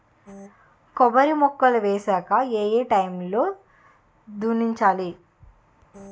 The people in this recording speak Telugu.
కొబ్బరి మొక్కలు వేసాక ఏ ఏ టైమ్ లో దున్నించాలి?